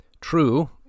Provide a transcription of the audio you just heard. True